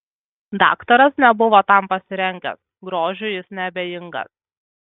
daktaras nebuvo tam pasirengęs grožiui jis neabejingas